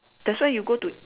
that's why you go to